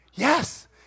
Yes